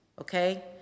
okay